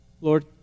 Lord